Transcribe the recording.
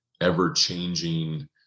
ever-changing